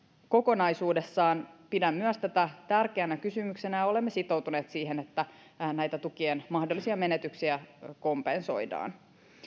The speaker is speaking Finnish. kokonaisuudessaan pidän myös tätä tärkeänä kysymyksenä ja olemme sitoutuneet siihen että näitä tukien mahdollisia menetyksiä kompensoidaan